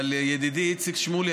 אבל ידידי איציק שמולי,